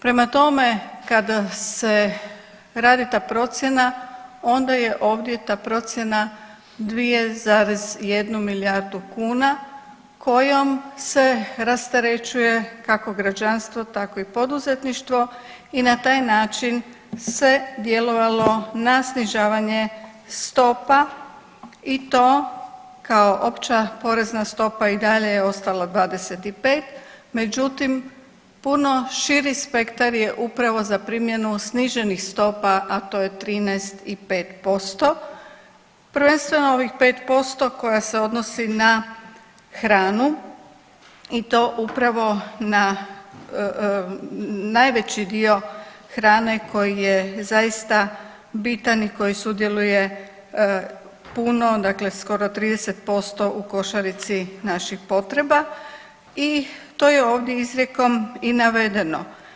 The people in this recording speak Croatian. Prema tome, kad se radi ta procjena onda je ovdje ta procjena 2,1 milijardu kuna kojom se rasterećuje kako građanstvo, tako i poduzetništvo i na taj način se djelovalo na snižavanje stopa i to kao opća porezna stopa i dalje je ostala 25, međutim puno širi spektar je upravo za primjenu sniženih stopa, a to je 13 i 5%, prvenstveno ovih 5% koja se odnosi na hranu i to upravo na najveći dio hrane koji je zaista bitan i koji sudjeluje puno dakle skoro 30% u košarici naših potreba i to je ovdje izrijekom i navedeno.